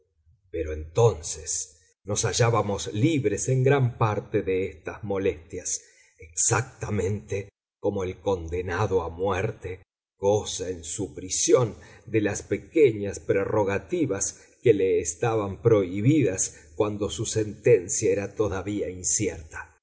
pero entonces nos hallábamos libres en gran parte de estas molestias exactamente como el condenado a muerte goza en su prisión de las pequeñas prerrogativas que le estaban prohibidas cuando su sentencia era todavía incierta